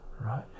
right